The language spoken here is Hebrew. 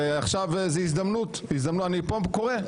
ועכשיו זו הזדמנות, אני פה קורא